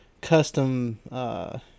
custom